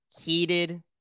Heated